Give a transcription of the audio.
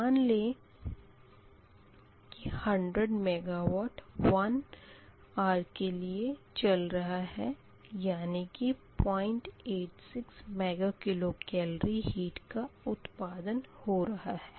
मान लें की 100 मेगावाट 1 घंटे के लिए चल रहा है यानी कि 086 मेगा किलो केलोरी हीट का उत्पादन हो रहा है